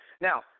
Now